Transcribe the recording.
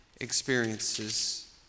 experiences